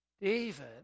David